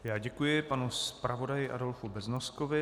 Já děkuji panu zpravodaji Adolfu Beznoskovi.